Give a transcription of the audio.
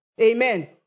Amen